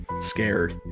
scared